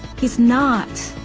he's not.